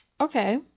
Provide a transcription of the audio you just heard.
okay